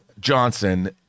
Johnson